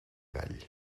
gall